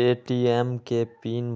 ATM के pin